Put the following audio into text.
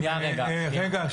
שנייה, רגע.